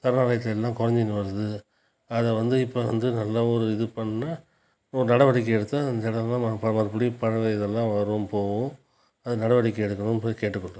சரணாலயத்திலலாம் குறஞ்சுனு வருது அதை வந்து இப்போ வந்து நல்ல ஒரு இது பண்ணால் நடவடிக்கை எடுத்தால் அந்த இடம்லாம் மறுபடியும் பறவை இதெலாம் வரும் போகும் அது நடவடிக்கை எடுக்கணும்னு கேட்டு கொள்கிறேன்